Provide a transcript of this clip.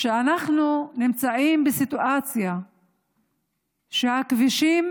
כשאנחנו נמצאים בסיטואציה שהכבישים